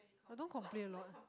I don't complain a lot